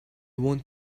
want